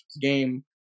game